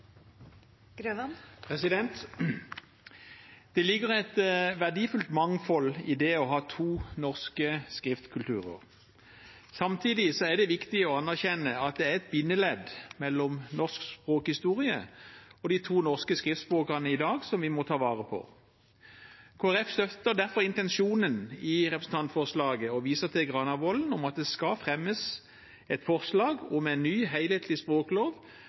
Det ligger et verdifullt mangfold i å ha to norske skriftkulturer. Samtidig er det viktig å anerkjenne at det er et bindeledd mellom norsk språkhistorie og de to norske skriftspråkene i dag, som vi må ta vare på. Kristelig Folkeparti støtter derfor intensjonen i representantforslaget og viser til Granavolden-plattformen og at det skal fremmes et forslag om en ny, helhetlig språklov